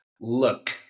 Look